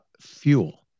fuel